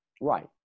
Right